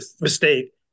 mistake